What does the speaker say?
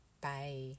Bye